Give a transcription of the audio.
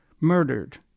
murdered